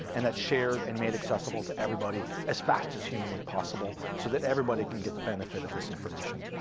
and that's shared, and made accessible to everybody, as fast as humanly possible, so that everybody can get the benefit of this information.